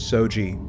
Soji